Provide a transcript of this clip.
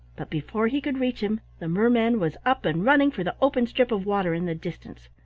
but before he could reach him the merman was up and running for the open strip of water in the distance.